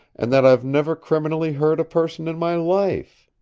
and that i've never criminally hurt a person in my life.